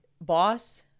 Boss